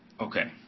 Okay